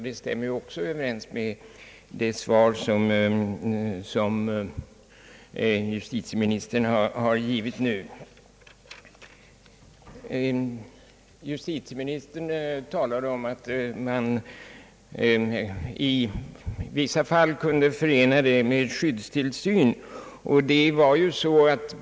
Detta stämmer också överens med justitieministerns svar nu. Justitieministern talade om att man i vissa fall kunde förena öppen psykiatrisk vård med skyddstillsyn.